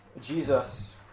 Jesus